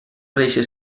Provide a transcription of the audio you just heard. reixa